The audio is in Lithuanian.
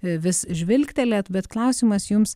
vis žvilgtelėt bet klausimas jums